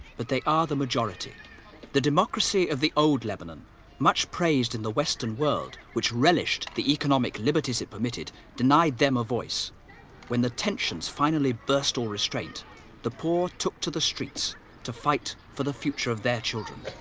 but they are the majority the democracy of the old lebanon much praised in the western world which relished the economic liberties it permitted denied them a voice when the tensions finally burst all restraint the poor took to the streets to fight for the future of their children